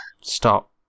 Stop